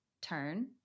turn